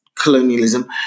Colonialism